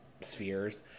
spheres